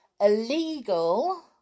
illegal